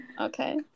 Okay